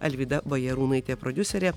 alvyda bajarūnaitė prodiuserė